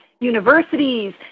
universities